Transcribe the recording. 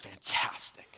fantastic